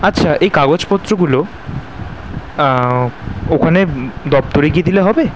আচ্ছা এই কাগজপত্রগুলো ওখানে দফতরে গিয়ে দিলে হবে